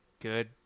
good